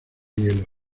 hielo